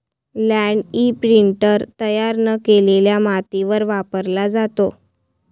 land imprinter तयार न केलेल्या मातीवर वापरला जातो